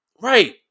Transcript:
Right